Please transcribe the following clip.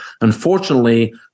unfortunately